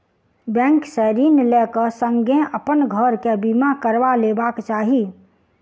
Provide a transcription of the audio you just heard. bank से ऋण लै क संगै अपन घर के बीमा करबा लेबाक चाही